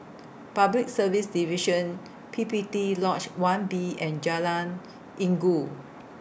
Public Service Division P P T Lodge one B and Jalan Inggu